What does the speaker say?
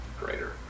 greater